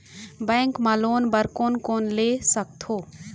Bank मा loan बर कोन कोन ले सकथों?